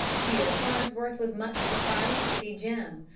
here farnsworth was much surprised to see jim,